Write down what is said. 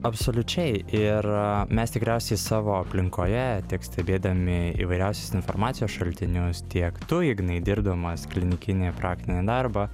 absoliučiai ir mes tikriausiai savo aplinkoje tiek stebėdami įvairiausius informacijos šaltinius tiek tu ignai dirbdamas klinikinį praktinį darbą